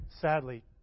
sadly